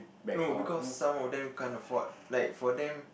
no because some of them can't afford like for them